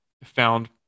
found